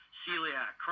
celiac